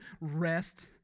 rest